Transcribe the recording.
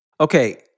Okay